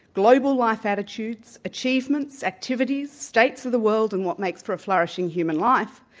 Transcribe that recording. global life attitudes, achievements, activities, states of the world and what makes for a flourishing human life,